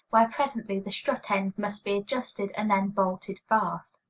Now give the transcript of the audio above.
where presently the strut-ends must be adjusted and then bolted fast.